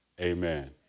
amen